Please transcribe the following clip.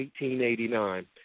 1889